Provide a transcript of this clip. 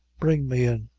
bring me in.